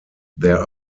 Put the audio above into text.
there